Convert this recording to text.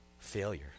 failure